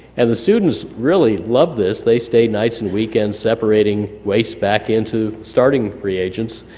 and the students really loved this. they stayed nights and weekends separating waste back into starting reagents,